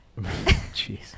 Jeez